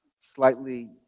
slightly